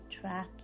track